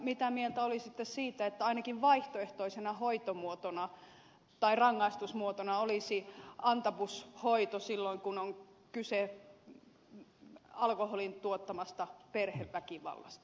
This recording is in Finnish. mitä mieltä olisitte siitä että ainakin vaihtoehtoisena hoito tai rangaistusmuotona olisi antabushoito silloin kun on kyse alkoholin tuottamasta perheväkivallasta